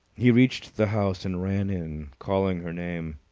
he reached the house and ran in, calling her name.